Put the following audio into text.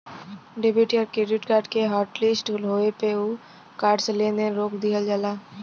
debit या credit card के hotlist होये पे उ कार्ड से लेन देन रोक दिहल जाला